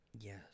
Yes